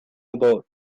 about